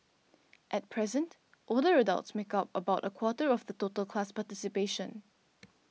at present older adults make up about a quarter of the total class participation